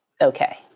okay